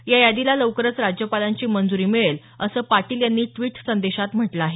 या यादीला लवकरच राज्यपालांची मंजूरी मिळेल असं पाटील यांनी ट्विट संदेशात म्हटलं आहे